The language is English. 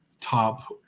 top